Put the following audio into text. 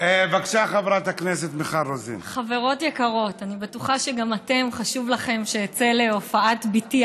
אבל היה לי חשוב, וגם לכם חשוב שאני